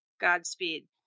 Godspeed